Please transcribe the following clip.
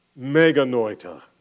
Meganoita